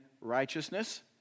righteousness